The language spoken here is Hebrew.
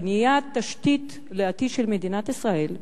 בניית תשתית לעתיד של מדינת ישראל.